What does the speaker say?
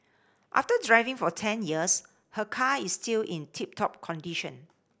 after driving for ten years her car is still in tip top condition